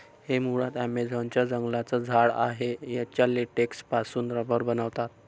हे मुळात ॲमेझॉन च्या जंगलांचं झाड आहे याच्या लेटेक्स पासून रबर बनवतात